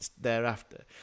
thereafter